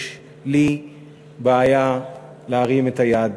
יש לי בעיה להרים את היד